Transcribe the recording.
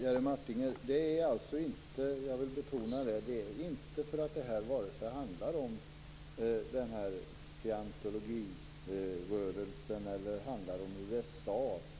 Herr talman! Jag vill betona att anmälan inte är intressant därför att den handlar om scientologirörelsen eller om USA.